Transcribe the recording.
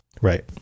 Right